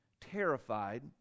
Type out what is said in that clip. terrified